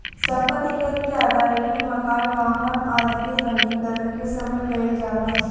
सम्पत्ति कर के अदायगी मकान, वाहन आदि के पंजीकरण के समय कईल जाला